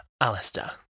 Alistair